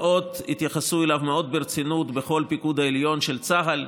התייחסו אליו מאוד מאוד ברצינות בכל הפיקוד העליון של צה"ל.